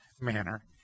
manner